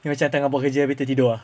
macam tengat buat kerja tidur ah